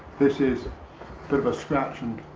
this is a bit of a scratch and